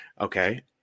Okay